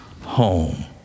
home